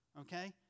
Okay